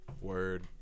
Word